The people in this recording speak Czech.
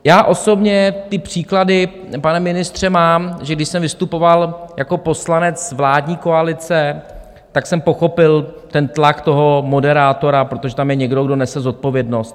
Já osobně ty příklady, pane ministře, mám, že když jsem vystupoval jako poslanec vládní koalice, tak jsem pochopil tlak toho moderátora, protože tam je někdo, kdo nese zodpovědnost.